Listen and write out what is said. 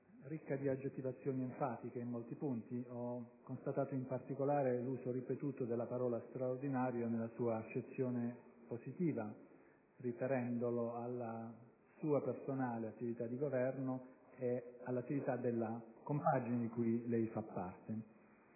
ricca di aggettivazioni enfatiche in molti punti. Ho constatato, in particolare, l'uso ripetuto della parola "straordinario" nella sua accezione positiva, riferita alla sua personale attività di governo, signor Ministro, e all'attività della compagine di cui lei fa parte.